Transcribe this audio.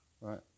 Right